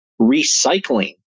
recycling